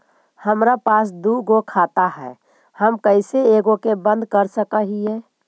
हमरा पास दु गो खाता हैं, हम कैसे एगो के बंद कर सक हिय?